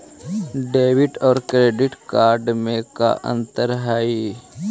Debit और credit card में का अंतर हइ?